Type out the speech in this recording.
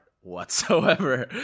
whatsoever